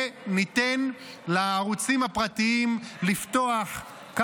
וניתן לערוצים הפרטיים לפתוח,